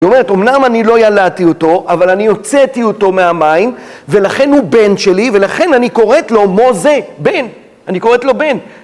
היא אומרת אמנם אני לא ילדתי אותו, אבל אני הוצאתי אותו מהמים, ולכן הוא בן שלי ולכן אני קוראת לו מוזה, בן, אני קוראת לו בן.